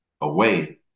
away